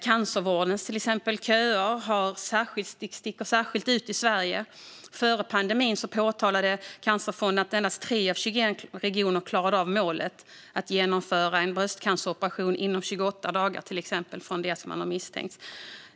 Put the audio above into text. Cancervårdens köer sticker ut särskilt i Sverige. Före pandemin påtalade Cancerfonden att endast 3 av 21 regioner klarade av målet att genomföra en bröstcanceroperation inom 28 dagar från att cancer misstänks.